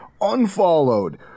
Unfollowed